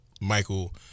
Michael